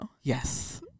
Yes